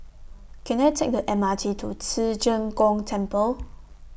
Can I Take The M R T to Ci Zheng Gong Temple